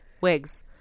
wigs